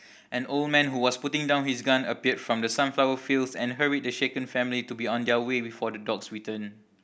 an old man who was putting down his gun appeared from the sunflower fields and hurried the shaken family to be on their way before the dogs return